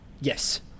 Yes